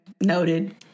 noted